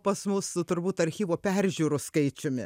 pas mus turbūt archyvo peržiūrų skaičiumi